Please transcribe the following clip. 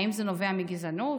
האם זה נובע מגזענות?